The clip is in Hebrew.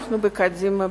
ואנחנו בקדימה